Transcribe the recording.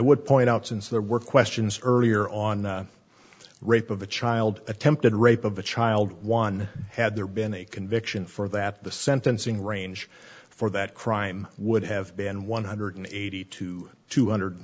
would point out since there were questions earlier on rape of a child attempted rape of a child one had there been a conviction for that the sentencing range for that crime would have been one hundred eighty to two hundred